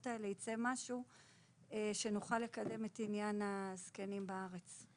האלו משהו שיעזור לנו לקדם את תחום הזקנים בארץ.